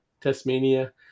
Tasmania